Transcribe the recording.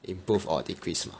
improve or decrease 吗